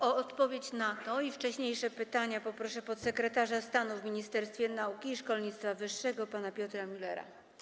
O odpowiedź na to pytanie i wcześniejsze pytania poproszę podsekretarza stanu w Ministerstwie Nauki i Szkolnictwa Wyższego pana Piotra Müllera.